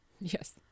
Yes